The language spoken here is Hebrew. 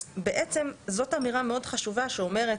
אז בעצם זו אמירה מאוד חשובה שאומרת